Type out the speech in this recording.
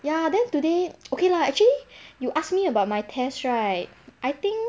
ya then today okay lah actually you asked me about my test right I think